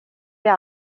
blir